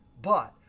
but,